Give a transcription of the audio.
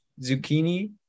zucchini